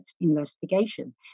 investigation